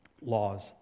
Laws